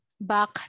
back